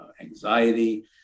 anxiety